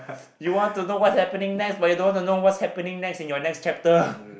you want to know what's happening next but you don't want to know what's happening next in your next chapter